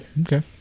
Okay